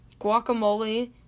guacamole